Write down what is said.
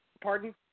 Pardon